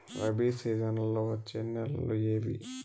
రబి సీజన్లలో వచ్చే నెలలు ఏవి?